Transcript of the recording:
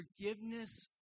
forgiveness